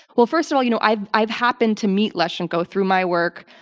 well first of all, you know, i've i've happened to meet leschenko through my work.